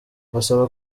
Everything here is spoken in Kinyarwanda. basaba